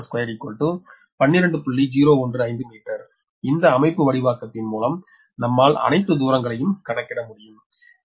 015 metre இந்த அமைப்புவடிவாக்கத்தின் மூலம் நம்மால் அணைத்து தூரங்களையும் கணக்கிட முடியும்